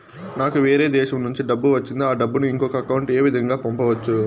నాకు వేరే దేశము నుంచి డబ్బు వచ్చింది ఆ డబ్బును ఇంకొక అకౌంట్ ఏ విధంగా గ పంపొచ్చా?